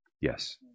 Yes